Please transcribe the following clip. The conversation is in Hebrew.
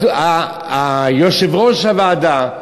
יושב-ראש הוועדה,